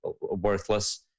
worthless